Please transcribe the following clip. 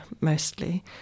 mostly